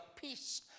peace